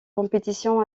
compétitions